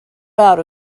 out